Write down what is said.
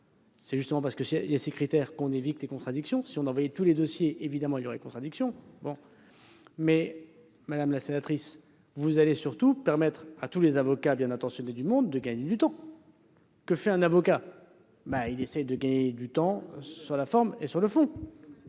c'est justement parce qu'il y a ces critères qu'on évite ces contradictions ! Si on envoyait tous les dossiers, il y aurait évidemment contradiction ... Madame la sénatrice, vous allez surtout permettre à tous les avocats bien intentionnés du monde de gagner du temps. Que fait un avocat ? Il essaie de gagner du temps sur la forme et sur le fond.